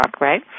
right